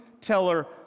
teller